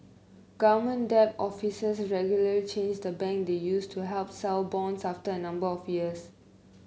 government debt officers regularly change the bank they use to help sell bonds after a number of years